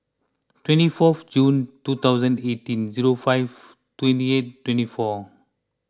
twenty fourth June two thousand eighteen zero five twenty eight twenty four